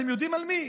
אתם יודעים על מי?